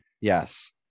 Yes